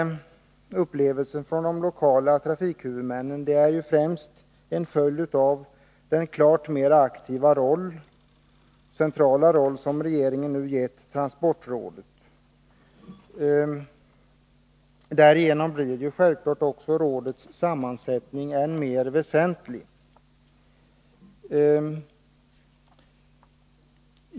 De lokala trafikhuvudmännens upplevelser är främst en följd av den klart mera aktiva centrala roll som regeringen nu har gett transportrådet. Därigenom blir självklart rådets sammansättning än mer väsentlig.